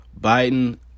Biden